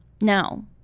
Now